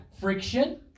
friction